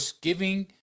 giving